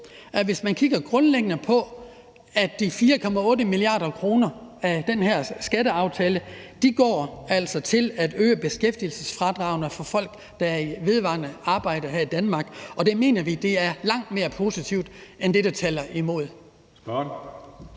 ikke på, at grundlæggende går de 4,8 mia. kr. af den her skatteaftale til at øge beskæftigelsesfradraget fra folk, der er i vedvarende arbejde her i Danmark, og det mener vi er langt mere positivt end det, der taler imod.